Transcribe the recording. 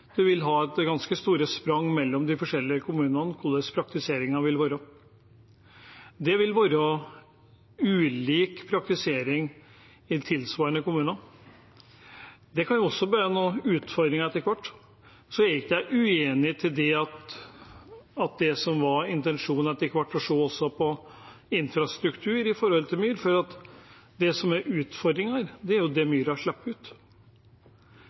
ganske store sprang mellom de forskjellige kommunene når det gjelder praktiseringen. Det vil være ulik praktisering i ulike kommuner. Det kan også gi noen utfordringer etter hvert. Jeg er ikke uenig i intensjonen om etter hvert også å se på infrastruktur når det gjelder myr, for det som er utfordringen, er jo det myra slipper ut.